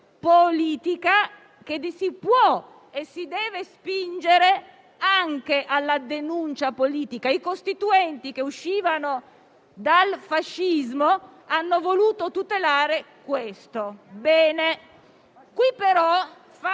politica che si può e si deve spingere anche alla denuncia politica. I Costituenti, che uscivano dal periodo del fascismo, hanno voluto tutelare questo: bene. Qui però,